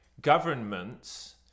governments